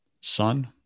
son